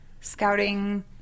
scouting